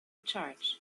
charge